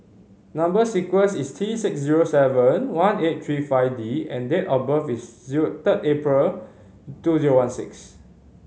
number sequence is T six zero seven one eight three five D and date of birth is zero third April two zero one six